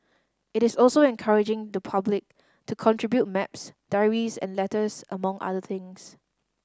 it is also encouraging the public to contribute maps diaries and letters among other things